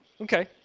Okay